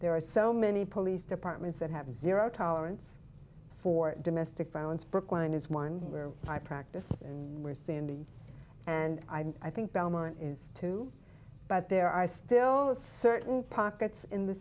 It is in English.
there are so many police departments that have zero tolerance for domestic violence brookline is one where i practice and where sandy and i think belmont is too but there are still a certain pockets in the